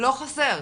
לא חסר,